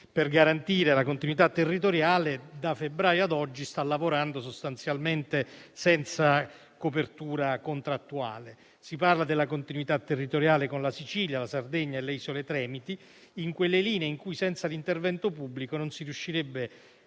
per garantire la continuità territoriale, da febbraio ad oggi sta lavorando sostanzialmente senza copertura contrattuale. Si parla della continuità territoriale con la Sicilia, la Sardegna e le isole Tremiti; per quelle linee in cui, senza l'intervento pubblico, non si riuscirebbero